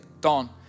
Don